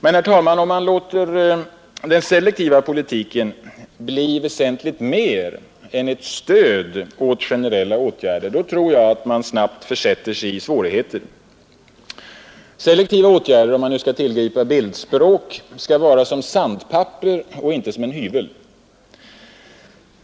Men, herr talman, om man låter den selektiva politiken bli väsentligt mer än ett stöd åt generella åtgärder, så tror jag att man snabbt försätter sig i svårigheter. Selektiva åtgärder skall — om jag här får använda bildspråk — vara som sandpapper, inte som en hyvel.